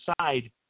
side